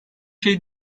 şeyi